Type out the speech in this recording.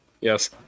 yes